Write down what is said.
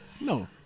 no